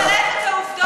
ואתה גם מסלף את העובדות.